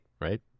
right